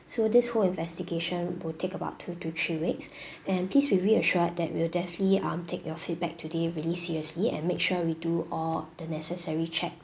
so this whole investigation will take about two to three weeks and please be reassured that we'll definitely um take your feedback today really seriously and make sure we do all the necessary checks